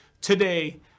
today